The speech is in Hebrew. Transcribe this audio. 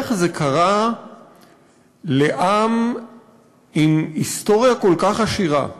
איך זה קרה לעם עִם היסטוריה כל כך עשירה,